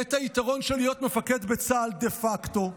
את היתרון של להיות מפקד בצה"ל דה פקטו,